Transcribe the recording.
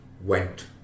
went